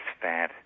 fat